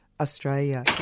Australia